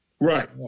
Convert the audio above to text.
Right